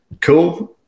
cool